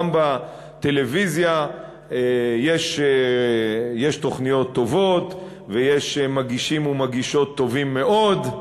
גם בטלוויזיה יש תוכניות טובות ויש מגישים ומגישות טובים מאוד,